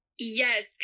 Yes